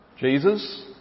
Jesus